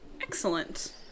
excellent